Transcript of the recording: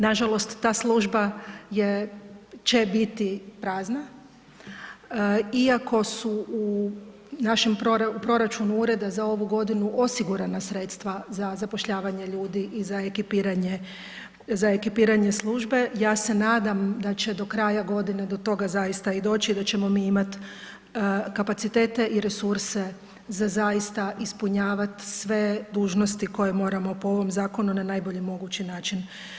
Nažalost ta služba je, će biti prazna iako su u našem, u proračunu Ureda za ovu godinu osigurana sredstva za zapošljavanje ljudi za ekipiranje službe, ja se nadam da će do kraja godine do toga zaista i doći i da ćemo mi imati kapacitete i resurse za zaista ispunjavati sve dužnosti koje moramo po ovom zakonu na najbolji mogući način.